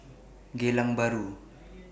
Geylang Bahru